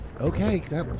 Okay